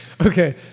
Okay